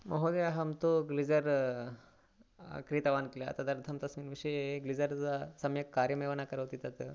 महोदय अहं तु ग्लिझ़र् क्रीतवान् किल तदर्थं तस्मिन् विषये ग्लिझ़रिझ़् सम्यक् कार्यमेव न करोति तत्